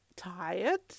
tired